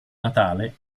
natale